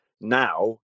now